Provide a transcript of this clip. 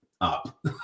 up